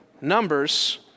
Numbers